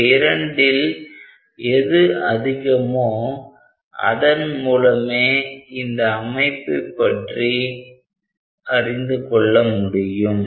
இந்த இரண்டில் எது அதிகமோ அதன்மூலமே இந்த அமைப்பை பற்றி அறிந்து கொள்ள முடியும்